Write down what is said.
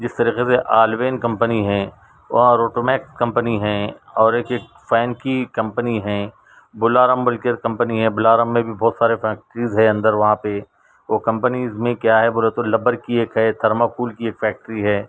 جس طریقے سے آل وین کمپنی ہیں اور روٹومیک کمپنی ہیں اور ایک ایک فین کی کمپنی ہیں بلارم بول کے ایک کمپنی ہے بلارم میں بھی بہت سارے فیکٹریز ہے اندر وہاں پہ وہ کمپنیز میں کیا ہے بولے تو لبر کی ایک ہے تھرماکول کی ایک فیکٹری ہے